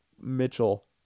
Mitchell